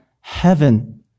heaven